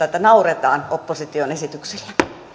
että nauretaan opposition esityksille